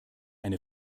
eine